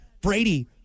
Brady